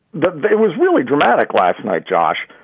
but there was really dramatic last night, josh,